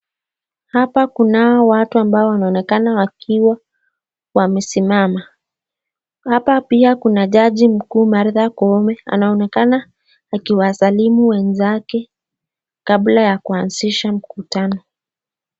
Hapa kunao watu ambao wanaonekana wakiwa wamesimama. Hapa pia kuna jaji mkuu Martha Koome, anaonekana akiwasalimu wenzake kabla ya kuazisha mkutano.